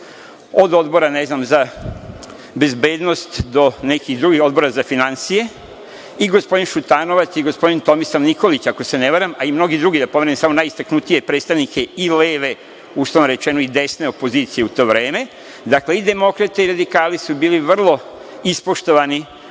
od odbora ne znam za bezbednost do nekih drugih odbora za finansije i gospodin Šutanovac i gospodin Tomislav Nikolić ako se ne varam, a i mnogi drugi, da pomenem samo najistaknutije predstavnike i leve, uslovno rečeno, i desne opozicije u to vreme. Dakle, i demokrate i radikali su bili vrlo ispoštovani